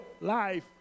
life